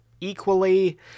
equally